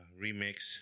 remix